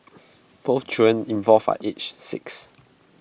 both children involved are aged six